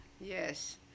Yes